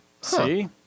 See